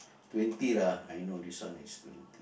twenty lah I know this one is twenty